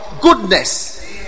goodness